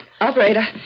Operator